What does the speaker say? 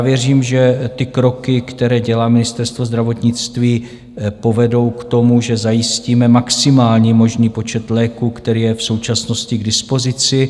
Věřím, že kroky, které dělá Ministerstvo zdravotnictví, povedou k tomu, že zajistíme maximální možný počet léků, který je v současnosti k dispozici.